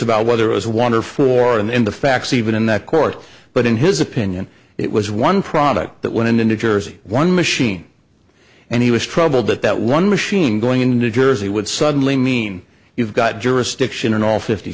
about whether it was wonderful or in the facts even in that court but in his opinion it was one product that went into new jersey one machine and he was troubled that that one machine going in new jersey would suddenly mean you've got jurisdiction in all fifty